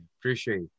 appreciate